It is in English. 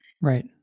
Right